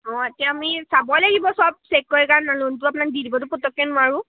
অঁ এতিয়া আমি চাবই লাগিব চব চেক কৰি কাৰণ লোনটো আপোনাক দি দিবটো পটকে নোৱাৰোঁ